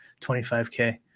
25K